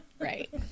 Right